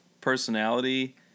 personality